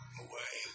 away